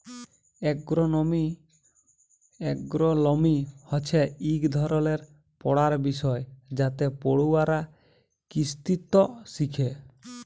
এগ্রোলমি হছে ইক ধরলের পড়ার বিষয় যাতে পড়ুয়ারা কিসিতত্ত শিখে